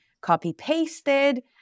copy-pasted